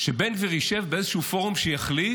שבן גביר ישב באיזשהו פורום שיחליט.